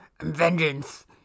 Vengeance